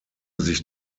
sich